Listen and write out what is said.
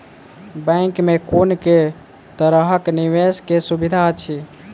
Bank मे कुन केँ तरहक निवेश कऽ सुविधा अछि?